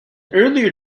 earlier